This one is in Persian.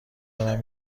دارم